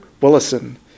Willison